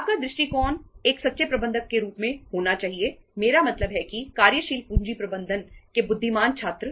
आपका दृष्टिकोण एक सच्चे प्रबंधक के रूप में होना चाहिए मेरा मतलब है कि कार्यशील पूंजी प्रबंधन के बुद्धिमान छात्र